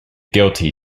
guilty